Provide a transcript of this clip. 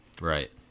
right